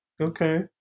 Okay